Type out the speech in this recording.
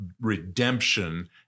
redemption